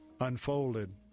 unfolded